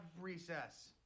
recess